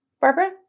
Barbara